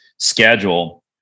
Schedule